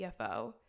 CFO